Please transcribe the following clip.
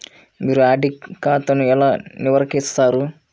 మీరు ఆడిట్ ఖాతాను ఎలా నిర్వహిస్తారు?